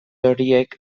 horiek